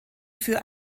für